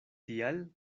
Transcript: tial